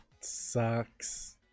sucks